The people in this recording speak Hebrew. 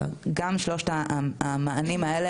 גם שלושת המענים האלה,